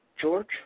George